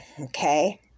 okay